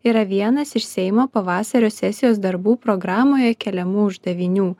yra vienas iš seimo pavasario sesijos darbų programoje keliamų uždavinių